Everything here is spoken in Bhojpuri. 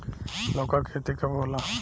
लौका के खेती कब होला?